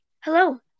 Hello